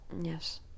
Yes